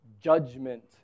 judgment